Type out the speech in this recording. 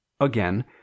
Again